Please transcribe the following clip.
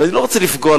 ואני לא רוצה לפגוע,